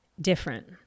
different